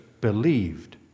believed